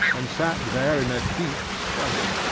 and sat there in a deep study.